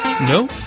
No